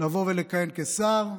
לבוא ולכהן כשר.